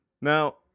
Now